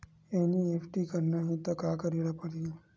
NEFT करना हे त का करे ल पड़हि?